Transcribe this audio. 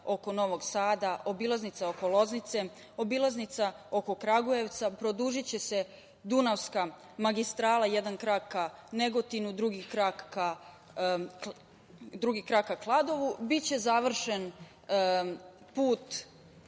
oko Novog Sada, obilaznica oko Loznice, obilaznica oko Kragujevcu, produžiće se „Dunavska magistrala“, jedan krak ka Negotinu, drugi krak ka Kladovu. Biće završen put